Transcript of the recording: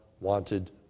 wanted